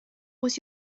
was